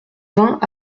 vingts